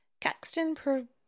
Caxton